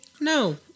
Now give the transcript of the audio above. no